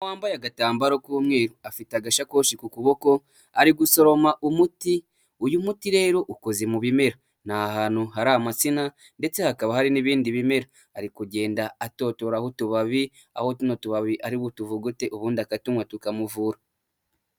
Umugore wambaye agatambaro k'umweru afite agashakoshi ku kuboko ari gusoroma umuti. Uyu muti rero ukoze mu bimera ni aha hari amatsina ndetse hakaba hari n'ibindi bimera, ari kugenda atotoraraho utubabi aho utu tubabi ari butuvugute ubundi akatunywa tukamuvura.